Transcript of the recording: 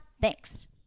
Thanks